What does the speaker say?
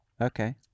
Okay